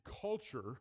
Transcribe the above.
culture